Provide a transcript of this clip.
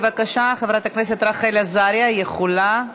בבקשה, חברת הכנסת רחל עזריה יכולה,